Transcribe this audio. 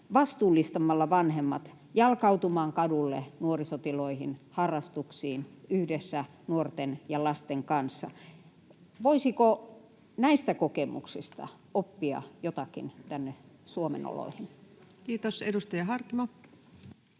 vastuullistamalla vanhemmat jalkautumaan kadulle, nuorisotiloihin, harrastuksiin yhdessä nuorten ja lasten kanssa. Voisiko näistä kokemuksista oppia jotakin tänne Suomen oloihin? Kiitos. — Edustaja Harkimo.